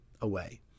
away